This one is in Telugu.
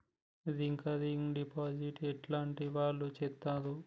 రికరింగ్ డిపాజిట్ ఎట్లాంటి వాళ్లు చేత్తరు?